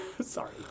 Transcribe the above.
Sorry